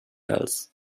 else